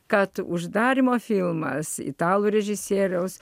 kad uždarymo filmas italų režisieriaus